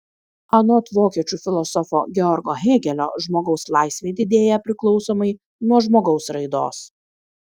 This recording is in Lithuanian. anot vokiečių filosofo georgo hėgelio žmogaus laisvė didėja priklausomai nuo žmogaus raidos